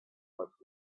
les